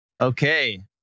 Okay